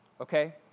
Okay